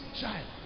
child